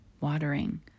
watering